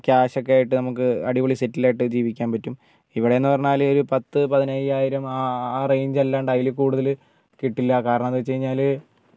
cash ഒക്കെ ആയിട്ട് നമുക്ക് അടിപൊളി സെറ്റിൽ ആയിട്ട് ജീവിക്കാൻ പറ്റും ഇവിടെ എന്ന് പറഞ്ഞാൽ ഒരു പത്ത് പതിനയ്യായിരം ആ ആ റേഞ്ച് അല്ലാണ്ട് അതിൽ കൂടുതൽ കിട്ടില്ല കാരണം എന്ന് വെച്ചുകഴിഞ്ഞാൽ